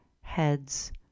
heads